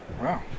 Wow